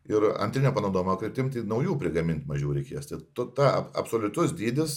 ir antrinio panaudojimo kryptim tai naujų prigamint mažiau reikės tai ta absoliutus dydis